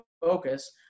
focus